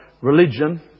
religion